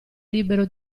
libero